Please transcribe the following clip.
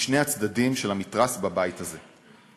משני הצדדים של המתרס בבית הזה.